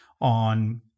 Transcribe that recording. on